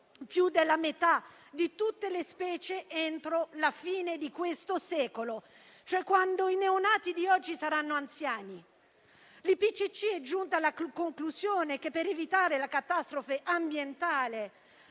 più della metà di tutte le specie entro la fine di questo secolo, cioè quando i neonati di oggi saranno anziani. L'IPCC è giunta alla conclusione che per evitare la catastrofe ambientale